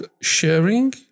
sharing